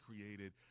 created